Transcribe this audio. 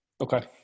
Okay